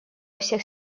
всех